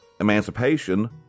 emancipation